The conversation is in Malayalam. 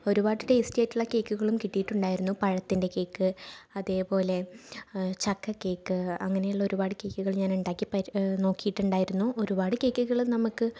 ഒരുപാട് ടേസ്റ്റി ആയിട്ടുള്ള കേക്കുകളും കിട്ടിയിട്ടുണ്ടായിരുന്നു പഴത്തിൻ്റെ കേക്ക് അതേപോലെ ചക്ക കേക്ക് അങ്ങനെയുള്ള ഒരുപാട് കേക്കുകൾ ഞാൻ ഉണ്ടാക്കി നോക്കിയിട്ടുണ്ടായിരുന്നു ഒരുപാട് കേക്കുകൾ നമുക്ക്